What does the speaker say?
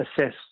assess